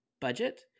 budget